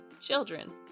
children